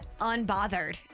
unbothered